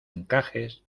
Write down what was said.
encajes